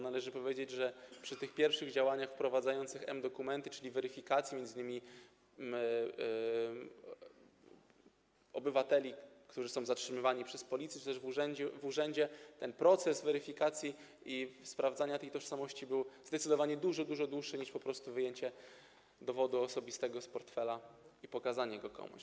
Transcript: Należy powiedzieć, że przy tych pierwszych działaniach wprowadzających m-dokumenty, czyli weryfikację m.in. obywateli, którzy są zatrzymywani przez policję, czy też w urzędzie, ten proces weryfikacji i sprawdzania tożsamości był zdecydowanie dużo, dużo dłuższy niż wyjęcie dowodu osobistego z portfela i pokazanie go komuś.